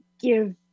Give